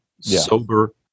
sober